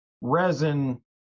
Resin